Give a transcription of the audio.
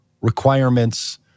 requirements